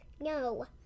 No